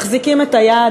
מחזיקים את היד,